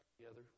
together